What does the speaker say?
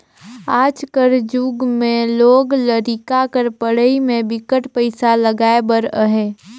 आज कर जुग में लोग लरिका कर पढ़ई में बिकट पइसा लगाए बर अहे